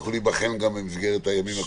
יצטרכו להיבחן גם במסגרת הימים הקרובים.